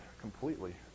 completely